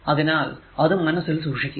അതിനാൽ അത് മനസ്സിൽ സൂക്ഷിക്കുക